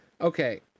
Okay